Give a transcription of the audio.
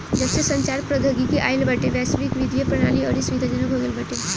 जबसे संचार प्रौद्योगिकी आईल बाटे वैश्विक वित्तीय प्रणाली अउरी सुविधाजनक हो गईल बाटे